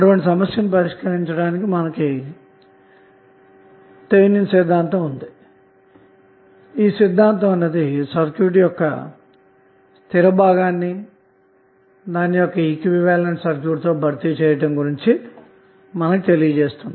కాబట్టిఈ సమస్యను పరిష్కరించడానికి మనం థెవినిన్సిద్ధాంతాన్ని ఉపయోగించవచ్చు ఎందుకంటె ఈ సిద్ధాంతం అన్నది సర్క్యూట్యొక్క స్థిర భాగాన్నిదాని ఈక్వివలెంట్ సర్క్యూట్ద్వారా భర్తీ చేయుట గురించి మనకు తెలియచేస్తుంది